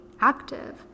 active